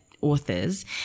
authors